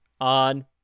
On